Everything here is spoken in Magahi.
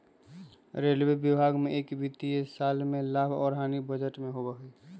रेलवे विभाग में एक वित्तीय साल में लाभ और हानि बजट में होबा हई